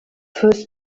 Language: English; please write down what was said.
first